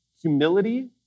Humility